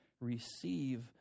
receive